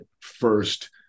first